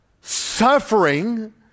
suffering